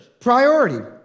Priority